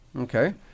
okay